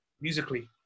Musically